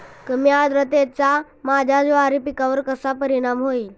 कमी आर्द्रतेचा माझ्या ज्वारी पिकावर कसा परिणाम होईल?